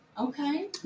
Okay